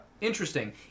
interesting